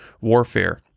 warfare